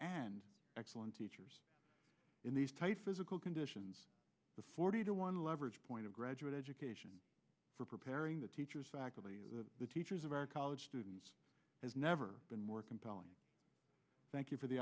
and excellent teachers in these tight physical conditions the forty to one leverage point of graduate education for preparing the teacher's faculty of the teachers of our college students has never been more compelling thank you for the